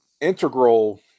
integral